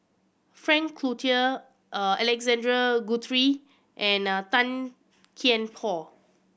Frank Cloutier Alexander Guthrie and Tan Kian Por